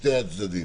משני הצדדים.